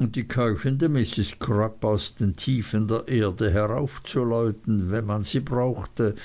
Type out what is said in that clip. und die keuchende mrs crupp aus den tiefen der erde heraufzuläuten wenn man sie brauchte